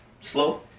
slow